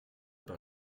par